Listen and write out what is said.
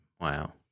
Wow